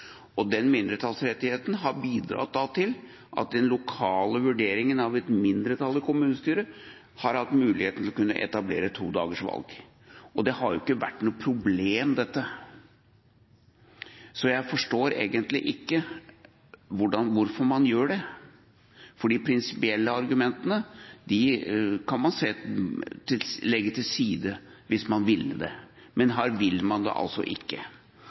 i den. Den mindretallsrettigheten har bidratt til at den lokale vurderingen av et mindretall i kommunestyret har gitt muligheten til å kunne etablere et todagersvalg. Det har jo ikke vært noe problem, så jeg forstår egentlig ikke hvorfor man gjør dette. De prinsipielle argumentene kan man legge til side hvis man vil, men her vil man det altså ikke.